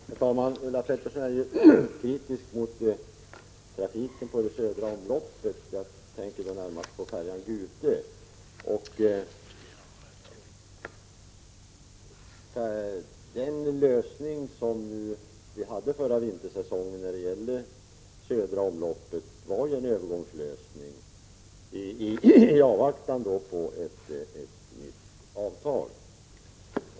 Herr talman! Ulla Pettersson är kritisk mot trafiken på det södra omloppet. Jag tänker närmast på färjan Gute. Den trafik som upprätthölls förra vintersäsongen på det södra omloppet var en övergångslösning i avvaktan på ett nytt avtal.